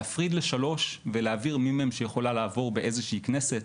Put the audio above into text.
להפריד לשלוש ולהעביר מי מהם שיכולה לעבור באיזושהי כנסת,